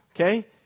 okay